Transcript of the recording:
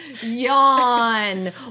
yawn